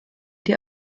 die